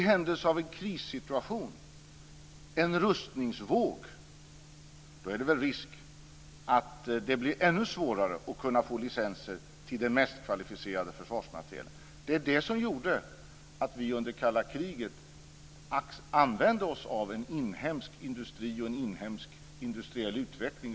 I händelse av en krissituation, en rustningsvåg, finns det risk för att det blir ännu svårare att få licenser för den mest kvalificerade försvarsmaterielen. Det var detta som gjorde att vi under det kalla kriget använde oss av en inhemsk industri och en i långa stycken inhemsk industriell utveckling.